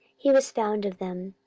he was found of them.